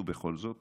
ובכל זאת